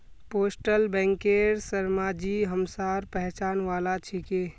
postal बैंकेर शर्माजी हमसार पहचान वाला छिके